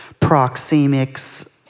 proxemics